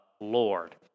Lord